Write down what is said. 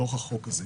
בתוך החוק הזה.